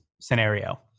scenario